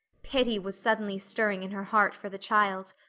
pity was suddenly stirring in her heart for the child.